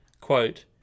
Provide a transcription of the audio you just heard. quote